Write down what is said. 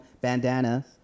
Bandanas